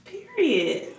Period